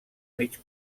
mig